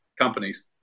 companies